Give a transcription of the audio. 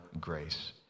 grace